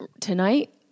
tonight